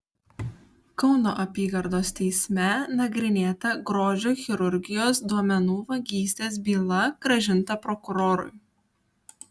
kauno apygardos teisme nagrinėta grožio chirurgijos duomenų vagystės byla grąžinta prokurorui